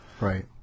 Right